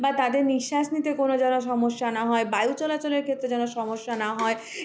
বা তাদের নিঃশ্বাস নিতে কোনো যেন সমস্যা না হয় বায়ু চলাচলের ক্ষেত্রে যেন সমস্যা না হয়